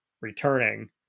returning